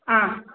आम्